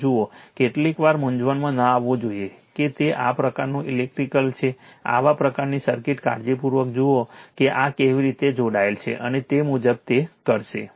તે જુઓ કેટલીકવાર મૂંઝવણમાં ન આવવું જોઈએ કે તે આ પ્રકારનું ઇલેક્ટ્રિકલ છે આવા પ્રકારની સર્કિટ કાળજીપૂર્વક જુઓ કે આ કેવી રીતે જોડાયેલ છે અને તે મુજબ તે કરશે